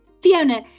Fiona